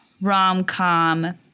rom-com